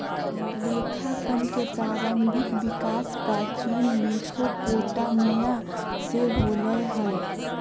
लेखांकन के प्रारंभिक विकास प्राचीन मेसोपोटामिया से होलय हल